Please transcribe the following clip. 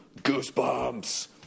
Goosebumps